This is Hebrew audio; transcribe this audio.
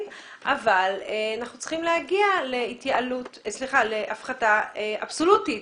אבל אנחנו צריכים להגיע להפחתה אבסולוטית,